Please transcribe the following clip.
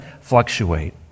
fluctuate